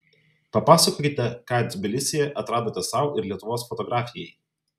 papasakokite ką tbilisyje atradote sau ir lietuvos fotografijai